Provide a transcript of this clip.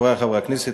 חברי חברי הכנסת,